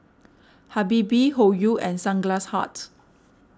Habibie Hoyu and Sunglass Hut